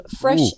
fresh